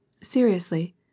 seriously